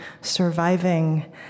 surviving